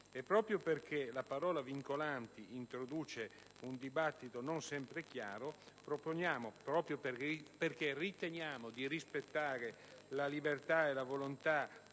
Proprio perché la parola "vincolanti" introduce un dibattito non sempre chiaro e proprio perché riteniamo di rispettare la libertà e la volontà